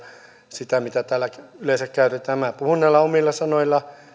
sitä mitä täällä yleensä käytetään minä puhun näillä omilla sanoilla